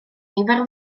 nifer